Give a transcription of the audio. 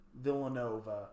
Villanova